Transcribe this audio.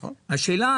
השאלה,